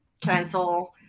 cancel